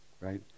right